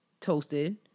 toasted